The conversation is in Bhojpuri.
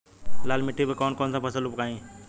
लाल मिट्टी पर कौन कौनसा फसल उगाई?